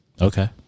Okay